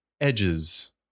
edges